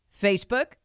Facebook